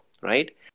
right